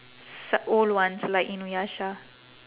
s~ old ones like inuyasha